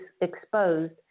exposed